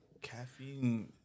Caffeine